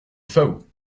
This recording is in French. faou